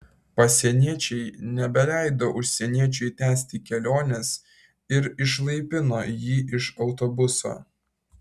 pasieniečiai nebeleido užsieniečiui tęsti kelionės ir išlaipino jį iš autobuso